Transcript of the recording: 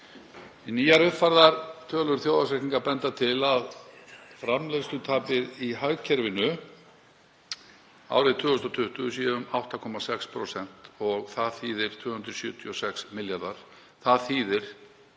Nýjar uppfærðar tölur þjóðhagsreikninga benda til þess að framleiðslutapið í hagkerfinu árið 2020 sé um 8,6%, það þýðir 276 milljarðar.